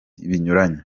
binyuranye